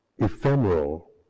ephemeral